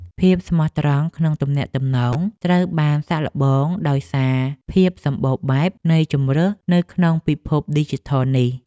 ភាពស្មោះត្រង់ក្នុងទំនាក់ទំនងត្រូវបានសាកល្បងដោយសារភាពសម្បូរបែបនៃជម្រើសនៅក្នុងពិភពឌីជីថលនេះ។